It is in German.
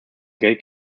geld